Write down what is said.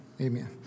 Amen